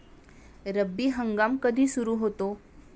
रब्बी हंगाम कधी सुरू होतो?